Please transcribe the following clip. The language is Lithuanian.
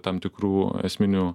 tam tikrų esminių